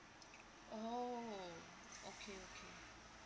oh okay okay